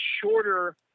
shorter